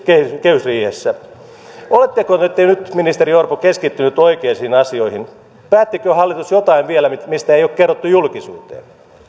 kehysriihessä oletteko te nyt ministeri orpo keskittynyt oikeisiin asioihin päättikö hallitus vielä jotain mistä ei ole kerrottu julkisuuteen